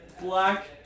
black